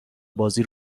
بازی